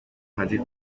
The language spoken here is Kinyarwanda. madrid